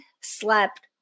slept